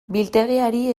biltegiari